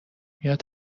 میاد